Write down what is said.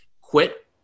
quit